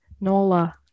NOLA